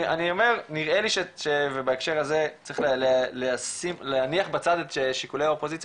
אני אומר נראה לי ובהקשר הזה צריך להניח בצד את שיקולי האופוזיציה